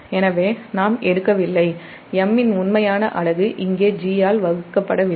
எனவே நாம் எடுக்கவில்லைM இன் உண்மையான அலகு இங்கே G ஆல் வகுக்கப்படவில்லை